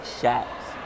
shots